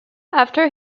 after